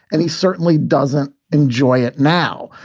and he certainly doesn't enjoy it now.